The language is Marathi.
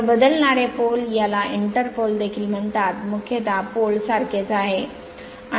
तर बदलणारे pole याला इंटर पोल देखील म्हणतात मुख्य poleासारखेच आहे